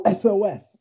SOS